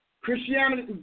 Christianity